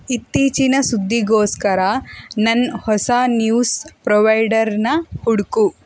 ಇತ್ತೀಚಿನ ಸುದ್ದಿಗೋಸ್ಕರ ನನ್ನ ಹೊಸ ನ್ಯೂಸ್ ಪ್ರೊವೈಡರನ್ನ ಹುಡುಕು